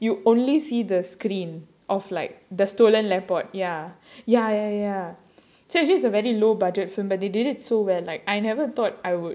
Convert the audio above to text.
you only see the screen of like the stolen laptop ya ya ya ya so actually it's a very low budget film but they did it so well like I never thought I would